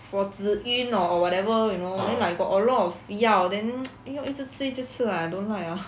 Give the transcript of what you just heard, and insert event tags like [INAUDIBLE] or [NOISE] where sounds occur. for 止晕 or whatever you know then like got a lot of 药 then [NOISE] 要一直吃一直吃 !aiya! don't like lah